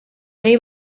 nahi